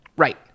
Right